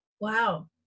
Wow